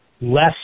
less